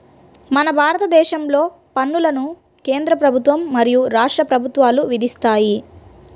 మన భారతదేశంలో పన్నులను కేంద్ర ప్రభుత్వం మరియు రాష్ట్ర ప్రభుత్వాలు విధిస్తాయి